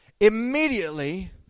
Immediately